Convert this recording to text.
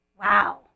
Wow